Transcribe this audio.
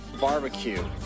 Barbecue